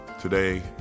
Today